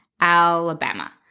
Alabama